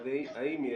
אבל האם,